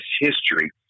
history